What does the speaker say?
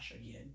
again